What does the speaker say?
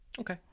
Okay